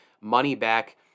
money-back